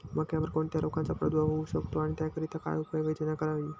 मक्यावर कोणत्या रोगाचा प्रादुर्भाव होऊ शकतो? त्याकरिता काय उपाययोजना करावी?